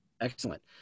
excellent